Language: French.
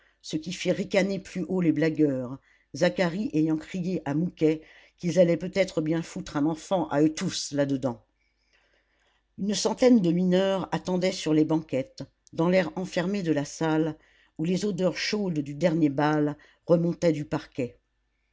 ce qui fit ricaner plus haut les blagueurs zacharie ayant crié à mouquet qu'ils allaient peut-être bien foutre un enfant à eux tous là-dedans une centaine de mineurs attendaient sur les banquettes dans l'air enfermé de la salle où les odeurs chaudes du dernier bal remontaient du parquet